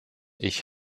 ich